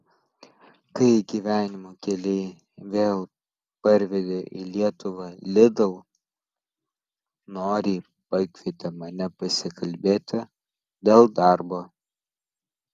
kai gyvenimo keliai vėl parvedė į lietuvą lidl noriai pakvietė mane pasikalbėti dėl darbo